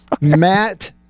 Matt